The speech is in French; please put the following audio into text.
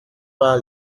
par